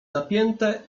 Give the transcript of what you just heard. napięte